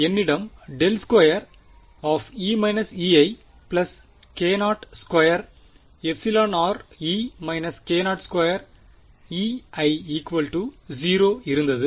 என்னிடம் ∇2E−Eik0 2εrE−k0 2Ei0 இருந்தது